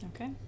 Okay